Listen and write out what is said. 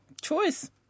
Choice